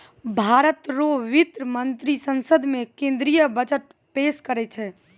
भारत रो वित्त मंत्री संसद मे केंद्रीय बजट पेस करै छै